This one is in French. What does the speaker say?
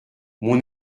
mon